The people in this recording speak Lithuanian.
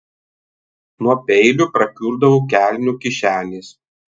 nuo peilio prakiurdavo kelnių kišenės